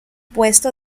puesto